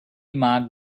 marked